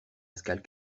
escale